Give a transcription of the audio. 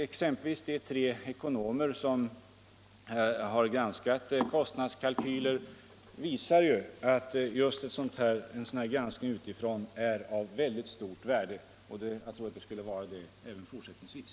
Exempelvis de tre ekonomer som har granskat kostnadskalkyler visar ju att just en sådan här granskning utifrån är av mycket stort värde, och jag tror det skulle vara det även fortsättningsvis.